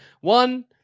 one